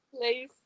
Please